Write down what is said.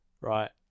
right